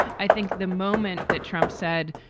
i think the moment that trump said,